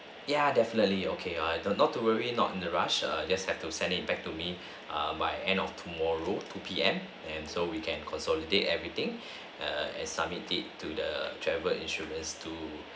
ya definitely okay I though not to worry not in the rush just have to send it back to me by end of tomorrow two P_M and so we can consolidate everything err and submit it to the travel insurers to